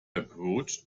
approach